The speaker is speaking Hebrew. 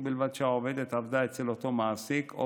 ובלבד שהעובדת עבדה אצל אותו מעסיק או